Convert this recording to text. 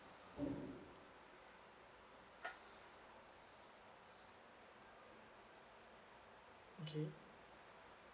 okay